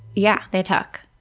yeah, they tuck.